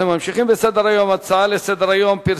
אנחנו ממשיכים בסדר-היום: הצעות לסדר-היום שמספרן 2334,